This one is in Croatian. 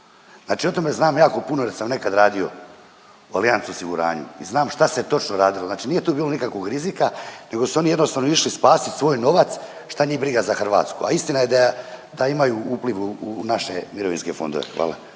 Znači o tome znam jako puno jer sam nekad radio u Allianz osiguranju i znam šta se točno radilo, znači nije tu bilo nikakvog rizika nego su oni jednostavno išli spasit svoj novac, šta njih briga za Hrvatsku, a istina je da, da imaju upliv u naše mirovinske fondove, hvala.